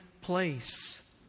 place